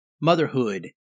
motherhood